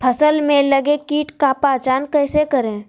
फ़सल में लगे किट का पहचान कैसे करे?